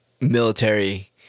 military